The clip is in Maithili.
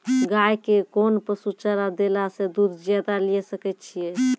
गाय के कोंन पसुचारा देला से दूध ज्यादा लिये सकय छियै?